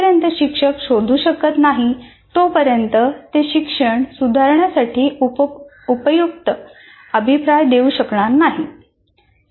जोपर्यंत शिक्षक शोधू शकत नाहीत तोपर्यंत ते शिक्षण सुधारण्यासाठी उपयुक्त अभिप्राय देऊ शकणार नाहीत